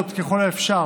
אדוני.